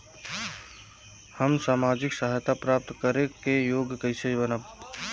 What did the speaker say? हम सामाजिक सहायता प्राप्त करे के योग्य कइसे बनब?